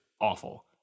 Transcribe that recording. awful